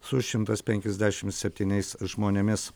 su šimtas penkiasdešim septyniais žmonėmis